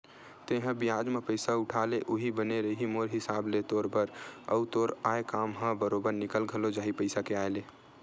तेंहा बियाज म पइसा उठा ले उहीं बने रइही मोर हिसाब ले तोर बर, अउ तोर आय काम ह बरोबर निकल घलो जाही पइसा के आय ले